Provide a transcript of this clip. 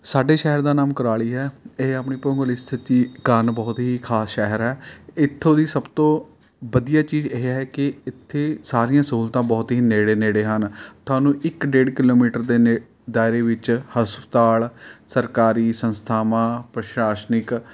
ਸਾਡੇ ਸ਼ਹਿਰ ਦਾ ਨਾਮ ਕੁਰਾਲੀ ਹੈ ਇਹ ਆਪਣੀ ਭੂਗੋਲਿਕ ਸਥਿਤੀ ਕਾਰਨ ਬਹੁਤ ਹੀ ਖਾਸ ਸ਼ਹਿਰ ਹੈ ਇੱਥੋਂ ਦੀ ਸਭ ਤੋਂ ਵਧੀਆ ਚੀਜ਼ ਇਹ ਹੈ ਕਿ ਇੱਥੇ ਸਾਰੀਆਂ ਸਹੂਲਤਾਂ ਬਹੁਤ ਹੀ ਨੇੜੇ ਨੇੜੇ ਹਨ ਤੁਹਾਨੂੰ ਇੱਕ ਡੇਢ ਕਿਲੋਮੀਟਰ ਦੇ ਨੇ ਦਾਇਰੇ ਵਿੱਚ ਹਸਪਤਾਲ ਸਰਕਾਰੀ ਸੰਸਥਾਵਾਂ ਪ੍ਰਸ਼ਾਸਨਿਕ